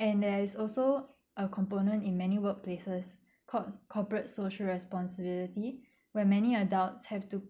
and there is also a component in many workplaces called corporate social responsibility where many adults have to